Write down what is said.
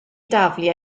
daflu